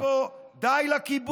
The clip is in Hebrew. ואני קורא פה: די לכיבוש,